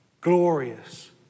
Glorious